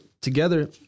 together